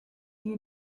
you